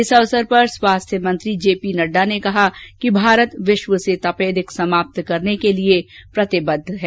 इस अवसर पर स्वास्थ्य मंत्री जेपी नड्डा ने कहा कि भारत विश्व से तपेदिक समाप्त करने के लिये प्रतिबद्ध है